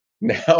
Now